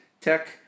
Tech